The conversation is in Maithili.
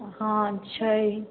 हँ छै